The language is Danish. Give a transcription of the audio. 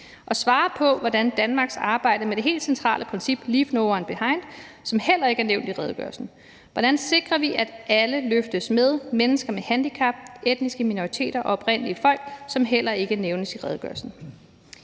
også i forhold til Danmarks arbejde med det helt centrale princip »leave no one behind«, som heller ikke er nævnt i redegørelsen. Hvordan sikrer vi, at alle løftes – mennesker med handicap, etniske minoriteter og oprindelige folk, som heller ikke nævnes i redegørelsen?